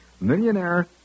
Millionaire